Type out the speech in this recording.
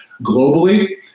globally